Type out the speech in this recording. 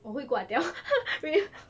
我会挂掉